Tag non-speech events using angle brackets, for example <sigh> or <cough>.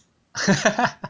<laughs>